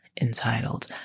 entitled